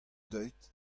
deuet